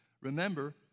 Remember